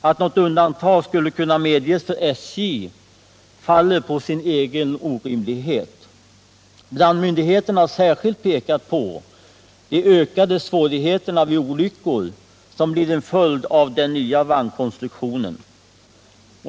Att något undantag skulle kunna medges för SJ faller på sin egen orimlighet. Brandmyndigheterna har särskilt pekat på de ökade svårigheterna vid olyckor som blir en följd av den nya vagnkonstruktionen.